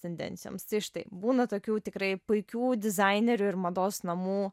tendencijoms tai štai būna tokių tikrai puikių dizainerių ir mados namų